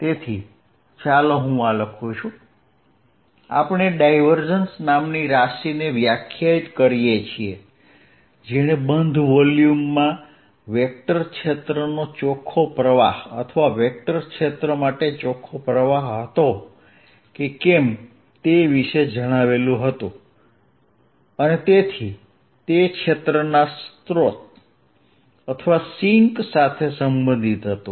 તેથી ચાલો હું આ લખું આપણે ડાયવર્જન્સ નામની રાશિને વ્યાખ્યાયિત કરીએ છીએ જેણે બંધ વોલ્યુમમાં વેક્ટર ક્ષેત્રનો ચોખ્ખો પ્રવાહ અથવા વેક્ટર ક્ષેત્ર માટે ચોખ્ખો પ્રવાહ હતો કે કેમ તે વિશે જણાવ્યું હતું અને તેથી તે ક્ષેત્રના સ્રોત અથવા સિંક સાથે સંબંધિત હતું